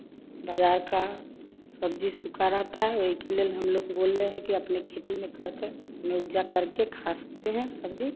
बाज़ार का सब्ज़ी सूखा रहता है वही के लिए हम बोल रहे हैं अपना खेती में करके अपने उपजा करके खा सकते हैं सब्ज़ी